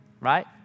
right